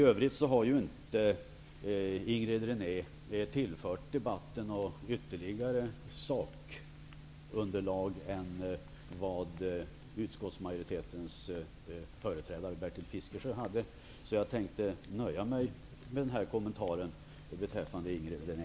I övrigt har inte Inger René tillfört debatten ytterligare sakunderlag än det utskottsmajoritetens företrädare Bertil Fiskesjö gjorde. Jag nöjer mig med den kommentaren beträffande Inger René.